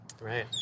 Right